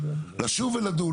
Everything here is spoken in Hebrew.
לשוב ולדון.